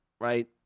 right